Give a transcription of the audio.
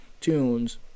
tunes